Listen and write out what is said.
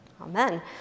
Amen